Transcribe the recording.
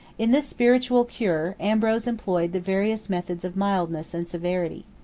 in this spiritual cure, ambrose employed the various methods of mildness and severity.